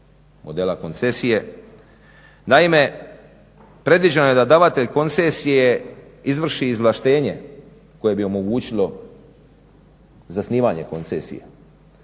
modela koncesije. Naime, predviđeno je da davatelj koncesije izvrši izvlaštenje koje bi omogućilo zasnivanje koncesija.